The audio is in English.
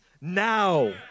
now